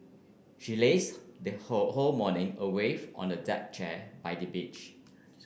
she lazed her they whole whole morning away on a deck chair by the beach